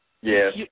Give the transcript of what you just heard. Yes